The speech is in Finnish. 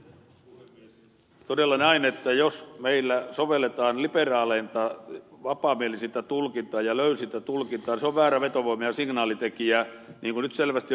on todella näin että jos meillä sovelletaan liberaaleinta vapaamielisintä tulkintaa ja löysintä tulkintaa se on väärä vetovoima ja signaalitekijä niin kuin nyt selvästi on näkynyt